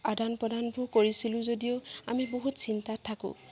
আদান প্ৰদানবোৰ কৰিছিলো যদিও আমি বহুত চিন্তাত থাকোঁ